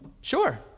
Sure